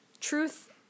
truth